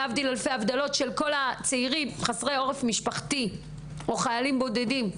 להבדיל אלף אלפי הבדלות של צעירים חסרי עורף משפחתי או חיילים בודדים.